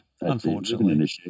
unfortunately